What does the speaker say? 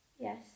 Yes